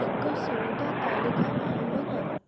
ଏକ ସଉଦା ତାଲିକା ଆରମ୍ଭ କର